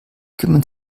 kümmern